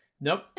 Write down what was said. Nope